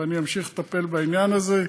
ואני אמשיך לטפל בעניין הזה.